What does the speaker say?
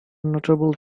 notable